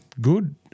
Good